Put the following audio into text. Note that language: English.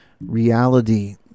reality